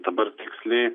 dabar tiksliai